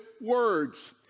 words